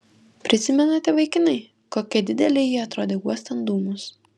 prisimenate vaikinai kokia didelė ji atrodė uostant dūmus